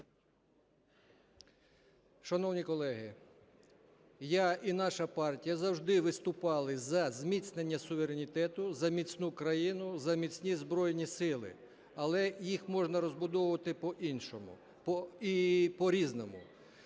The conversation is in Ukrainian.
Шановні колеги, я і наша партія завжди виступали за зміцнення суверенітету, за міцну країну, за міцні Збройні Сили, але їх можна розбудовувати по-іншому